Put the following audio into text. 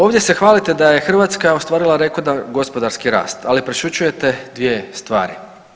Ovdje se hvalite da je Hrvatska ostvarila rekordan gospodarski rast, ali prešućujete dvije stvari.